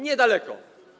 Niedaleko.